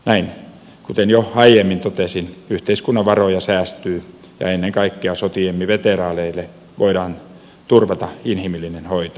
näin kuten jo aiemmin totesin yhteiskunnan varoja säästyy ja ennen kaikkea sotiemme veteraaneille voidaan turvata inhimillinen hoito